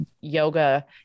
yoga